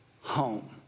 home